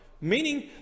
Meaning